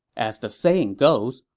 as the saying goes,